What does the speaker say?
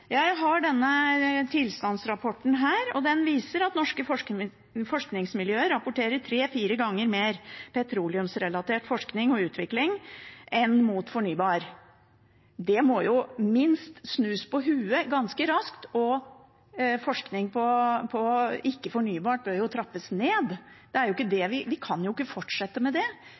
Jeg har tilstandsrapporten her, og den viser at norske forskningsmiljøer rapporterer tre–fire ganger mer petroleumsrelatert forskning og utvikling enn fornybar. Det må snus på hodet ganske raskt, og forskning på ikke-fornybart bør trappes ned. Vi kan ikke fortsette med det. Det er jo å sage av den greina vi sitter på å bruke pengene på det